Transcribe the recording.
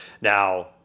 Now